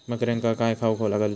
बकऱ्यांका काय खावक घालूचा?